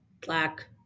black